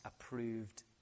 approved